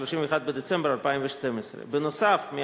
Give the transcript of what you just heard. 31 בדצמבר 2012. נוסף על כך,